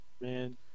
man